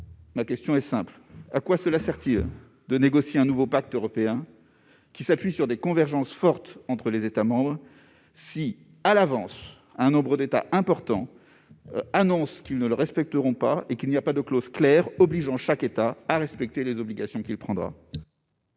Ma question est simple : à quoi cela sert-il de négocier un nouveau pacte européen qui s'appuie sur des convergences fortes entre les États membres si, à l'avance, un nombre important d'États annoncent qu'ils ne le respecteront pas, et qu'il n'y a pas de clause claire obligeant chaque État à respecter les obligations qu'il prendra ?